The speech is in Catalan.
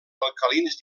alcalins